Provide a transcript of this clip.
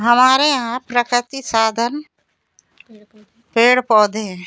हमारे यहाँ प्राकृतिक साधन पेड़ पौधे हैं